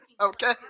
Okay